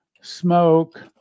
smoke